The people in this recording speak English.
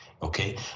okay